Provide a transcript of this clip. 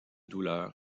douleurs